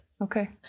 Okay